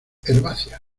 herbáceas